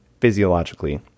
physiologically